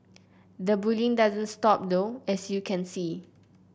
the bullying doesn't stop though as you can see